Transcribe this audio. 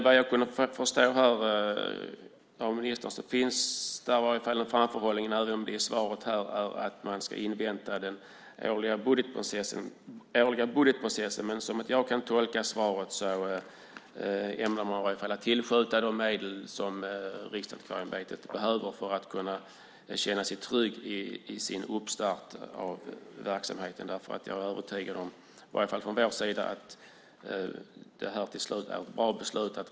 Vad jag kunde förstå av ministern här finns det i varje fall en framförhållning, även om det i svaret sägs att man ska invänta den årliga budgetprocessen. Som jag tolkar svaret ämnar man i alla fall tillskjuta de medel som Riksantikvarieämbetet behöver för att kunna känna sig trygg i sin uppstart av verksamheten. Jag är övertygad - så ser vi det i alla fall från vår sida - om att detta till slut blir ett bra beslut.